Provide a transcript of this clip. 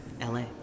LA